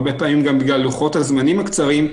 הרבה פעמים גם בגלל לוחות הזמנים הקצרים,